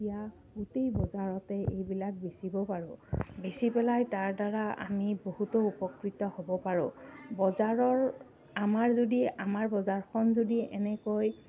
এতিয়া গোটেই বজাৰতে এইবিলাক বেচিব পাৰোঁ বেচি পেলাই তাৰ দ্বাৰা আমি বহুতো উপকৃত হ'ব পাৰোঁ বজাৰৰ আমাৰ যদি আমাৰ বজাৰখন যদি এনেকৈ